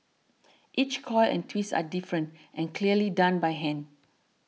each coil and twist are different and clearly done by hand